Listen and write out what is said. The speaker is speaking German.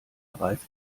reift